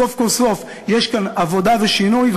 סוף כל סוף יש כאן עבודה ושינוי,